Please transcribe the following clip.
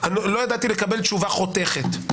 לקבל תשובה חותכת.